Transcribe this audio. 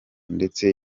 ndetse